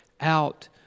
out